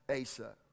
Asa